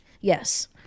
Yes